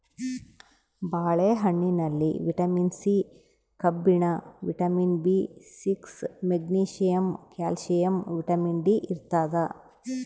ಬಾಳೆ ಹಣ್ಣಿನಲ್ಲಿ vitamin C ಕಬ್ಬಿಣ vitamin B six magnesium calcium vitamin D ಇರ್ತಾದ